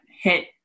hit